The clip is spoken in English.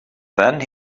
then